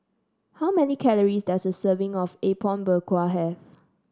how many calories does a serving of Apom Berkuah have